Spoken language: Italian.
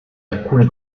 alcuni